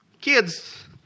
Kids